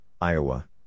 Iowa